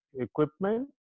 equipment